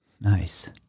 Nice